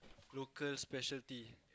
local speciality